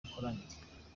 imikoranire